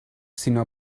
sinó